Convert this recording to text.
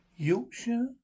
Yorkshire